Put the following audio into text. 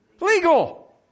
legal